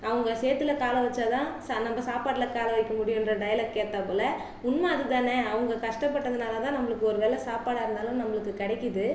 அவங்க சேற்றுல காலை வச்சாத்தான் நம்ம சாப்பாட்டில் காலை வைக்க முடியும் என்ற டயலாக் ஏற்றார் போல் உண்மை அது தானே அவங்க கஷ்டப்பட்டதனால் தான் நம்மளுக்கு ஒரு வேளை சாப்பாடாக இருந்தாலும் நம்மளுக்கு கிடைக்குது